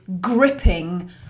gripping